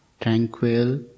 tranquil